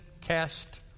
cast